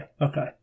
okay